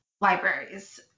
libraries